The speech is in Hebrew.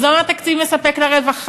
וזה אומר תקציב מספק לרווחה,